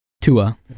Tua